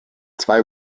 zwei